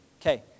Okay